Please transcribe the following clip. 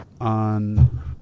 on